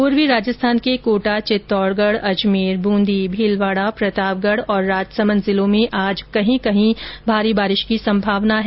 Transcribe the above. पूर्वी राजस्थान के कोटा चित्तौडगढ अजमेर बूंदी भीलवाडा प्रतापगढ राजसमंद जिलों में कहीं कहीं भारी बारिश होने की संभावना है